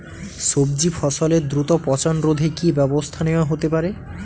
সবজি ফসলের দ্রুত পচন রোধে কি ব্যবস্থা নেয়া হতে পারে?